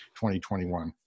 2021